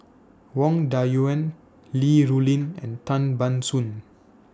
Wang Dayuan Li Rulin and Tan Ban Soon